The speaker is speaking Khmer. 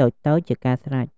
តូចៗជាការស្រេច។